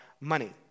money